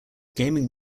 gaming